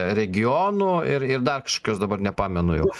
regionų ir ir dar kažkokios dabar nepamenu jau